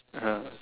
(uh huh)